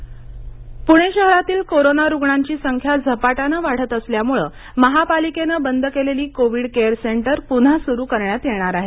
Covid centre Pune Pune शहरातील corona रुग्णांची संख्या झपाट्यानं वाढत असल्यामुळे महापालिकेनं बंद केलेली केवीड केअर सेंटर पुन्हा सुरू करण्यात येणार आहेत